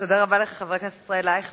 תודה רבה לך, חבר הכנסת ישראל אייכלר.